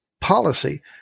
policy